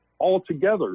altogether